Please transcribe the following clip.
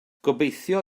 gobeithio